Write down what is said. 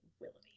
Willoughby